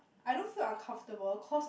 I don't feel uncomfortable cause